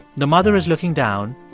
the mother is looking down.